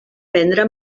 prendre